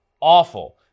awful